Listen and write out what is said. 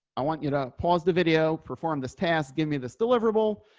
i want you to pause the video perform this task. give me this deliverable.